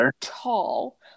tall